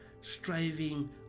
striving